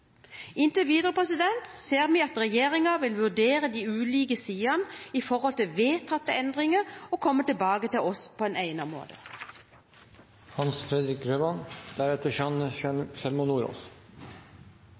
Inntil videre ser vi at regjeringen vil vurdere de ulike sidene når det gjelder vedtatte endringer og vil komme tilbake til oss på en